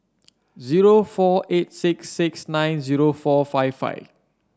zero four eight six six nine zero four five five